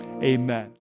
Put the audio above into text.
amen